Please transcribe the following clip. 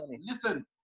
listen